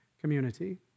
community